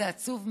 זה עצוב מאוד.